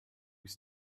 was